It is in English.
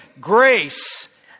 grace